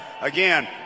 again